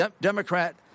Democrat